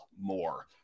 more